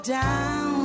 down